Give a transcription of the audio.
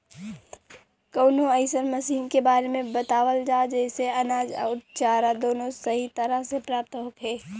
कवनो अइसन मशीन के बारे में बतावल जा जेसे अनाज अउर चारा दोनों सही तरह से प्राप्त होखे?